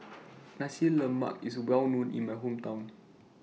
Nasi Lemak IS Well known in My Hometown